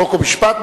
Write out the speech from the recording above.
חוק ומשפט,